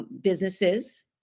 businesses